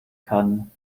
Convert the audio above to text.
kann